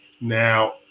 Now